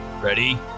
Ready